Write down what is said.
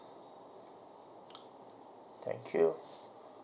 thank you